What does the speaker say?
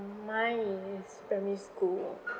mine is primary school